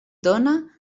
dóna